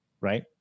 right